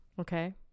Okay